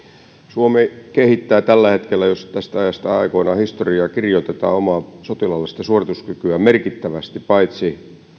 suomi kehittää tällä hetkellä jos tästä ajasta aikoinaan historiaa kirjoitetaan omaa sotilaallista suorituskykyään merkittävästi paitsi